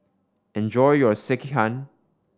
enjoy your Sekihan